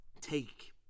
take